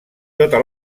tota